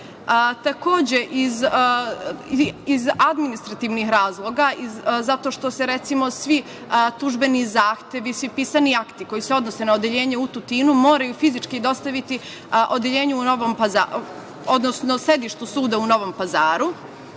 Tutin. Takođe, iz administrativnih razloga, svi tužbeni zahtevi, svi pisani akti koji se odnose na odeljenje u Tutinu moraju fizički dostaviti sedištu suda u Novom Pazaru